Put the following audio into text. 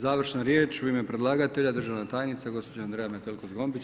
Završna riječ u ime predlagatelja državna tajnica gospođa Andreja Metelko Zgombić.